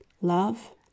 Love